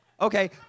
okay